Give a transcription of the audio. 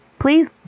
please